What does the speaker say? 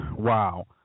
wow